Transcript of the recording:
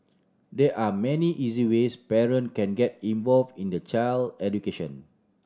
there are many easy ways parent can get involved in their child education